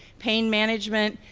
pain management,